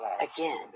Again